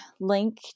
link